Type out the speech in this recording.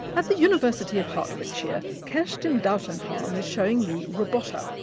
at the university of hertfordshire, kerstin dautenhahn is showing me robota,